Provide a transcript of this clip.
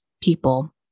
people